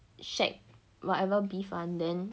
shack whatever beef one then